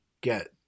get